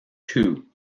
two